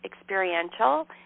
experiential